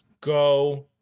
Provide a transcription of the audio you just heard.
go